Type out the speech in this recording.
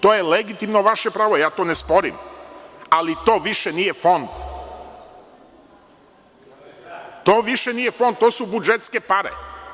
To je legitimno vaše pravo i ja to ne sporim, ali to više nije Fond, to su budžetske pare.